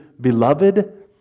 beloved